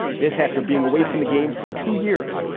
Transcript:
this after being away from the game for two years,